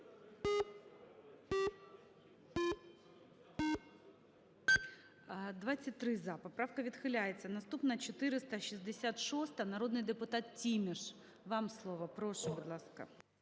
За-23 Поправка відхиляється. Наступна, 466, народний депутат Тіміш. Вам слово, прошу, будь ласка.